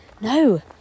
No